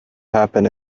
happen